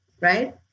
right